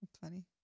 funny